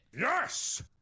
Yes